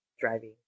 driving